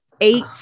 eight